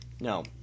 No